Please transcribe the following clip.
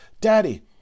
daddy